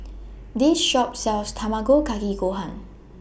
This Shop sells Tamago Kake Gohan